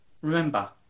remember